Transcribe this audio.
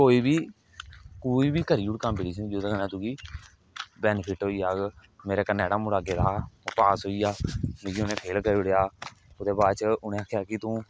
कोई बी कोई बी करी ओड़ कम्पीटिशन जोहदे कन्नै तुगी बैनीफिट होई जाग मेरे कन्नै जेहड़ा मुड़ा गेदा हा ओह् पास होई गेआ मिगी उनें फेल करी ओड़ेआ ओहदे बाद च उनें आखेआ कि तू